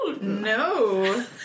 No